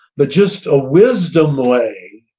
but just a wisdom way,